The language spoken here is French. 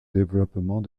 développement